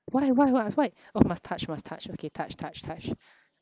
why why why why oh must touch must touch okay touch touch touch